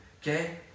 okay